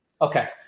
okay